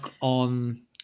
on